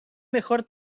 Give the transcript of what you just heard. mejor